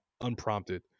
unprompted